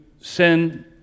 sin